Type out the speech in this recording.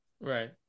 Right